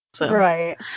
Right